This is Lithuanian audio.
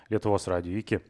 lietuvos radiju iki